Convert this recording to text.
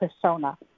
persona